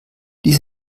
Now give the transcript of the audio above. dies